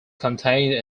contained